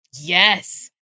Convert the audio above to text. Yes